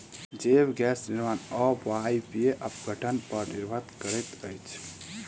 जैव गैस निर्माण अवायवीय अपघटन पर निर्भर करैत अछि